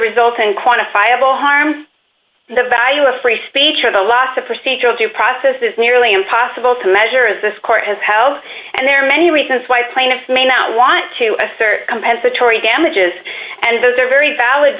result unquantifiable harm the value of free speech or the loss of procedural due process is nearly impossible to measure as this court has held and there are many reasons why plaintiff may not want to assert compensatory damages and those are very valid